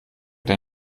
der